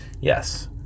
Yes